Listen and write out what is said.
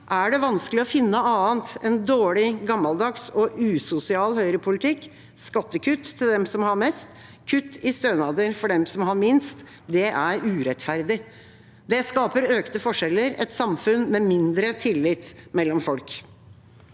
er det vanskelig å finne annet enn dårlig, gammeldags og usosial høyrepolitikk – skattekutt til dem som har mest, kutt i stønader for dem som har minst. Det er urettferdig. Det skaper økte forskjeller og et samfunn med mindre tillit mellom folk.